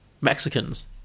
Mexicans